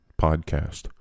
podcast